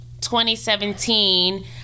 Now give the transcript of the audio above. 2017